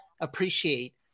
appreciate